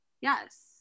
Yes